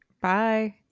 Bye